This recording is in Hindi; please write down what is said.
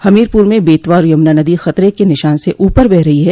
हमीरपुर में बेतवा और यमुना नदी खतरे के निशान से ऊपर बह रही है